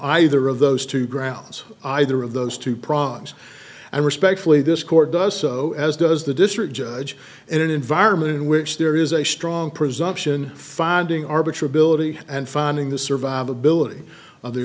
either of those two grounds either of those two problems i respectfully this court does so as does the district judge in an environment in which there is a strong presumption finding arbiter ability and finding the survivability of the